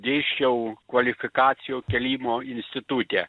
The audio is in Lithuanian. dėsčiau kvalifikacijo kėlimo institute